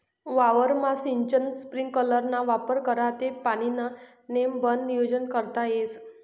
वावरमा सिंचन स्प्रिंकलरना वापर करा ते पाणीनं नेमबन नियोजन करता येस